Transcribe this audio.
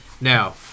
Now